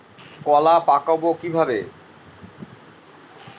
কলা পাকাবো কিভাবে?